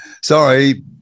sorry